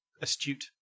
astute